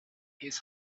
his